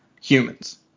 humans